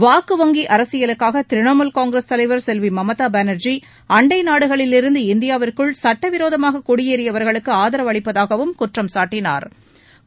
வாக்கு வங்கி அரசியலுக்காக திரிணாமூல் காங்கிரஸ் தலைவர் செல்வி மம்தா பானர்ஜி அண்டை நாடுகளிலிருந்து இந்தியாவிற்குள் சுட்டவிரோதமாக குடியேறியவர்களுக்கு ஆதரவு அளிப்பதாகவும் குற்றம்சாட்டினா்